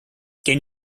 can